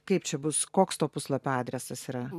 kaip čia bus koks to puslapio adresas yra